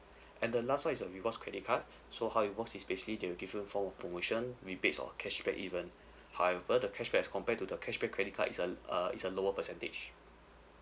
and the last one is a rewards credit card so how it works is basically they will give you a form of promotion rebates or cashback even however the cashback as compared to the cashback credit card is a uh is a lower percentage